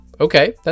Okay